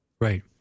Right